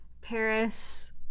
Paris